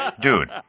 Dude